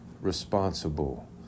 responsible